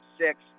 six